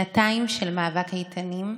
שנתיים של מאבק איתנים,